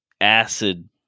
acid